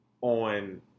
on